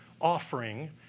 offering